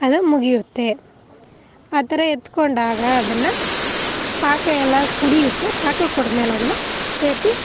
ಅದು ಮುಗಿಯುತ್ತೆ ಆ ಥರ ಎತ್ಕೊಂಡಾಗ ಅದನ್ನು ಪಾಕ ಎಲ್ಲ ಕುಡಿಯುತ್ತೆ ಪಾಕ ಕುಡಿದ್ಮೇಲೆ ಅದನ್ನು ಎತ್ತಿ